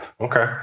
Okay